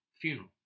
funeral